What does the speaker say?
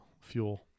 fuel